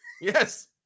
Yes